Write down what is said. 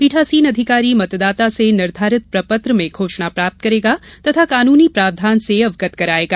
पीठासीन अधिकारी मतदाता से निर्घारित प्रपत्र में घोषणा प्राप्त करेगा तथा कानूनी प्रावधान से अवगत करायेगा